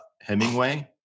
Hemingway